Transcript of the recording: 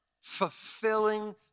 fulfilling